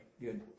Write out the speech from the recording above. good